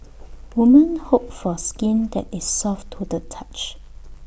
women hope for skin that is soft to the touch